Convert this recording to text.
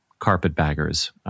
carpetbaggers